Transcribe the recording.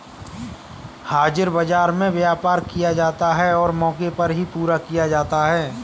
हाजिर बाजार में व्यापार किया जाता है और मौके पर ही पूरा किया जाता है